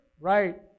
right